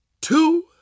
two